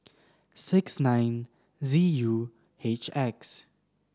six nine Z U H X